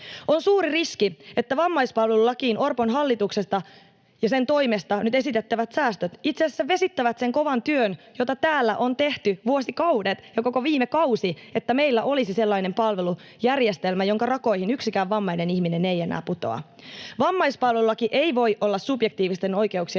On suuri riski, että vammaispalvelulakiin Orpon hallituksesta ja sen toimesta nyt esitettävät säästöt itse asiassa vesittävät sen kovan työn, jota täällä on tehty vuosikaudet ja koko viime kausi, että meillä olisi sellainen palvelujärjestelmä, jonka rakoihin yksikään vammainen ihminen ei enää putoa. Vammaispalvelulaki ei voi olla subjektiivisten oikeuksien